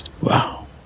Wow